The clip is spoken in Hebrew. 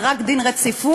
זה רק דין רציפות,